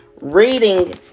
Reading